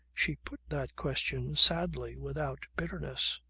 she put that question sadly, without bitterness.